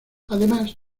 además